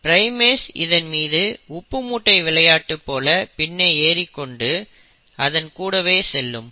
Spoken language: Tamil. ப்ரைமேஸ் இதன் மீது உப்பு மூட்டை விளையாட்டு போல பின்னே ஏறிக்கொண்டு அதன் கூடவே செல்லும்